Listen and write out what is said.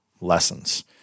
lessons